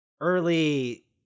early